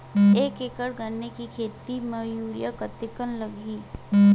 एक एकड़ गन्ने के खेती म यूरिया कतका लगही?